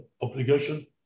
obligation